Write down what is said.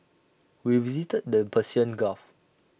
we visited the Persian gulf